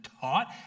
taught